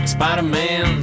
Spider-Man